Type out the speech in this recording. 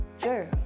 girl